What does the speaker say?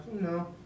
no